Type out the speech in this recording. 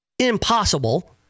Impossible